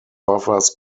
buffers